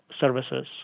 services